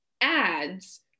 ads